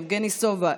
יבגני סובה,